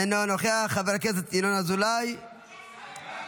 אינו נוכח, חבר הכנסת ינון אזולאי, מוותר.